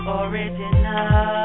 original